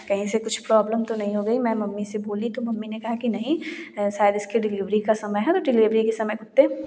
कहीं इसे कुछ प्रॉब्लम तो नहीं हो गई मैं मम्मी से बोली तो मम्मी ने कहा कि नहीं शायद इसके डिलीवरी का समय है तो डिलीवरी के समय कुत्ते